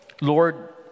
lord